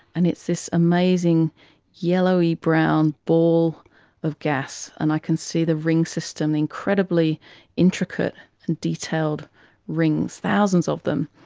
and it's this amazing yellowy-brown ball of gas and i can see the ring system, incredibly intricate and detailed rings, thousands of them,